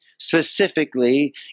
Specifically